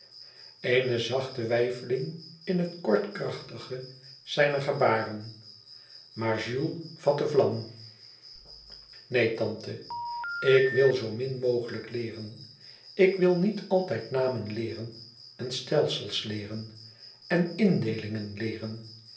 eene zachte weifeling in het kort krachtige zijner gebaren maar jules vatte vlam neen tante ik wil zoo min mogelijk leeren ik wil niet altijd namen leeren en stelsels leeren en indeelingen leeren